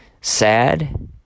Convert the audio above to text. sad